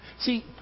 See